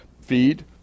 feed